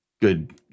Good